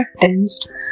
tensed